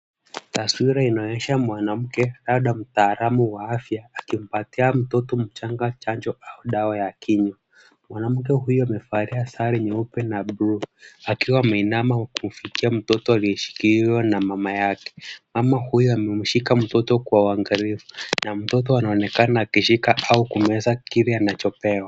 Taswira inaonyesha mwanamke mtaalam wa afya akimpatia mtoto mchanga chanjo au dawa ya kinywa. Mwanamke huyo amevalia sare nyeupe na buluu akiwa ameinama kumfikia mtoto aliye shikiliwa na mama yake. Mama huyo ameshika mtoto kwa uangalifu na mtoto anaonekana akishika au kumeza kile anacho pewa.